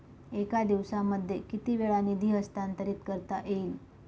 एका दिवसामध्ये किती वेळा निधी हस्तांतरीत करता येईल?